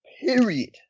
Period